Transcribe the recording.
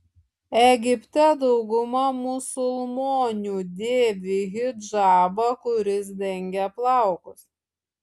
egipte dauguma musulmonių dėvi hidžabą kuris dengia plaukus